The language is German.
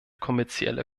kommerzielle